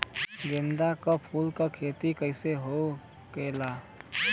गेंदा के फूल की खेती कैसे होखेला?